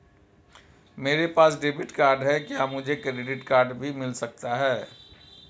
मेरे पास debit card है क्या मुझे क्रेडिट कार्ड भी मिल सकता है?